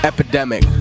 Epidemic